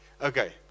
Okay